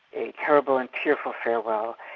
a terrible and tearful farewell,